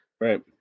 Right